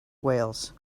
wales